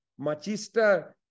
machista